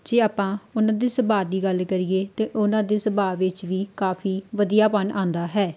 ਜੇ ਆਪਾਂ ਉਹਨਾਂ ਦੇ ਸੁਭਾਅ ਦੀ ਗੱਲ ਕਰੀਏ ਤਾਂ ਉਹਨਾਂ ਦੇ ਸੁਭਾਅ ਵਿੱਚ ਵੀ ਕਾਫ਼ੀ ਵਧੀਆ ਪਨ ਆਉਂਦਾ ਹੈ